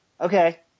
Okay